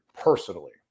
personally